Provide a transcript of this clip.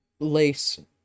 lace